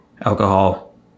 alcohol